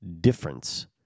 difference